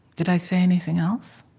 did i say anything else?